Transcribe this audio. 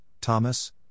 Thomas